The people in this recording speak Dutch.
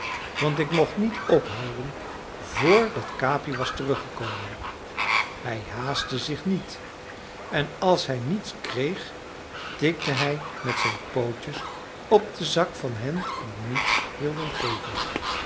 want ik mocht niet ophouden vr dat capi was teruggekomen hij haastte zich niet en als hij niets kreeg tikte hij met zijn pootjes op den zak van hen die niets wilden geven